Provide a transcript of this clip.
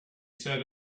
set